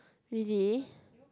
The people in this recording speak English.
really